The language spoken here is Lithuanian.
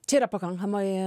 čia yra pakankamai